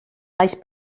baix